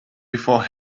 before